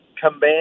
command